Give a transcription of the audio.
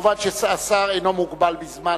מובן שהשר אינו מוגבל בזמן.